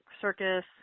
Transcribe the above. circus